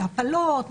להפלות,